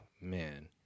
Man